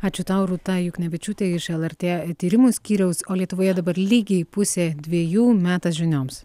ačiū tau rūta juknevičiūtė iš lrt tyrimų skyriaus o lietuvoje dabar lygiai pusė dviejų metas žinioms